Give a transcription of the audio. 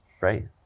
right